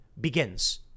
begins